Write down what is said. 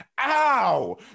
ow